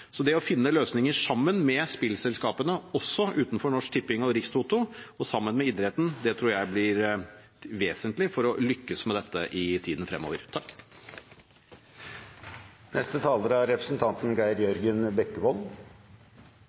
det spilles. Det å finne løsninger sammen med spillselskaper også utenfor Norsk Tipping og Rikstoto – sammen med idretten – tror jeg blir vesentlig for å lykkes med dette i tiden fremover.